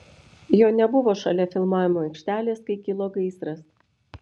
jo nebuvo šalia filmavimo aikštelės kai kilo gaisras